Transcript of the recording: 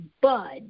bud